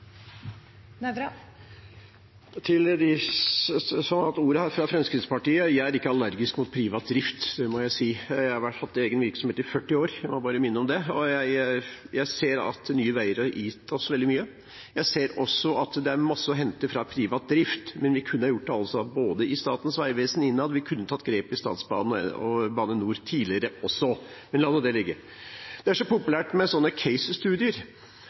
Nævra har hatt ordet to ganger tidligere og får ordet til en kort merknad, begrenset til 1 minutt. Til dem som har hatt ordet her fra Fremskrittspartiet: Jeg er ikke allergisk mot privat drift. Jeg har hatt egen virksomhet i 40 år, jeg må bare minne om det. Og jeg ser at Nye Veier har gitt oss veldig mye. Jeg ser også at det er mye å hente fra privat drift, men vi kunne altså ha gjort dette innad i Statens vegvesen, og vi kunne også ha tatt grep i Norges statsbaner og Bane NOR tidligere. Men la nå det ligge.